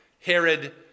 Herod